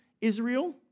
Israel